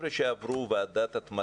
החבר'ה של היל"ה הם חבר'ה שעברו ועדת התמדה,